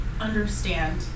understand